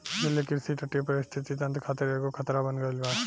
जलीय कृषि तटीय परिस्थितिक तंत्र खातिर एगो खतरा बन गईल बा